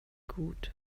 gut